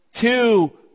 Two